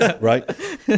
Right